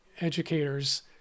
educators